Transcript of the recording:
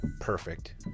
perfect